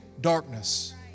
darkness